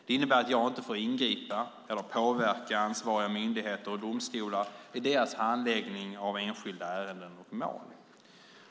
Det innebär att jag inte får ingripa eller påverka ansvariga myndigheter och domstolar i deras handläggning av enskilda ärenden och mål.